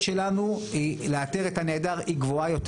שלנו לאתר את הנעדר היא גבוהה יותר.